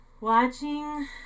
Watching